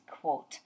quote